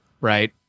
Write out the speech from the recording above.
right